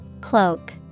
Cloak